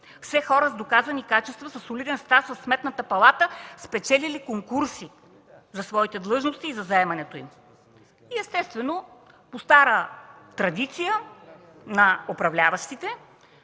все хора с доказани качества, със солиден стаж в Сметната палата, спечелили конкурси за своите длъжности и за заемането им. Естествено, по стара традиция на управляващите,